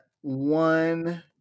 one